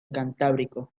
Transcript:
cantábrico